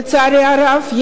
לצערי הרב.